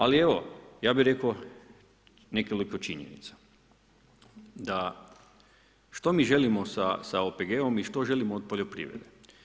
Ali evo, ja bih rekao nekoliko činjenica da što mi želimo sa OPG-om i što želimo od poljoprivrede.